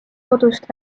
kodust